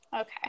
Okay